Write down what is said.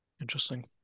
Interesting